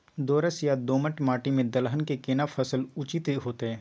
दोरस या दोमट माटी में दलहन के केना फसल उचित होतै?